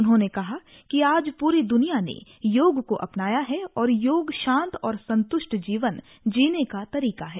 उन्होंने कहा कि आज पूरी दुनिया ने योग को अपनाया है और योग शांत और संतृष्ट जीवन जीने का तरीका है